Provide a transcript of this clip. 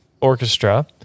Orchestra